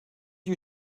you